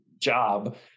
job